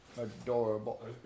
adorable